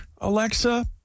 Alexa